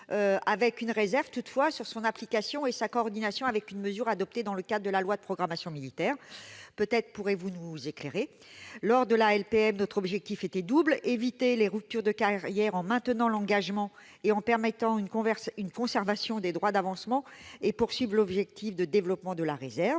une réserve, toutefois, sur son application et sa coordination avec une mesure adoptée dans le cadre de la loi relative à la programmation militaire, la LPM. Peut-être pourrez-vous nous éclairer, monsieur le secrétaire d'État ? Lors de l'examen de la LPM, notre objectif était double : éviter les ruptures de carrière en maintenant l'engagement et en permettant une conservation des droits d'avancement, et poursuivre l'objectif de développement de la réserve.